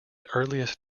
earliest